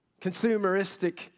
consumeristic